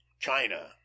china